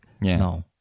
No